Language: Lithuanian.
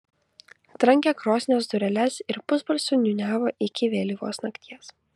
trankė krosnies dureles ir pusbalsiu niūniavo iki vėlyvos nakties